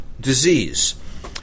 disease